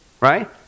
Right